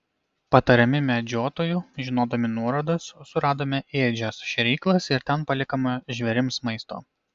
patariami medžiotojų žinodami nuorodas suradome ėdžias šėryklas ir ten palikome žvėrims maisto